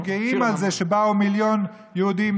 היינו גאים על זה שבאו מיליון יהודים